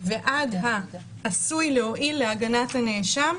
ועד העשוי להועיל להגנת הנאשם,